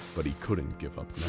but he couldn't give up